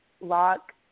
lock